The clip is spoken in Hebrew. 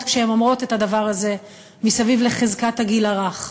כשהן אומרות את הדבר הזה מסביב לחזקת הגיל הרך,